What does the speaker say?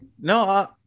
No